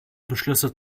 beschlüsse